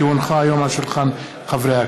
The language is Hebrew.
כי הונחה היום על שולחן הכנסת,